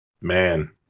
Man